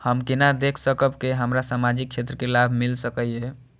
हम केना देख सकब के हमरा सामाजिक क्षेत्र के लाभ मिल सकैये?